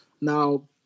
Now